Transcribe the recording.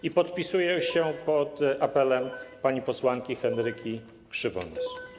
I podpisuję się pod apelem pani posłanki Henryki Krzywonos.